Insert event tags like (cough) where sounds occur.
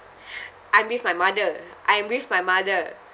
(breath) I'm with my mother I'm with my mother